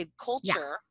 culture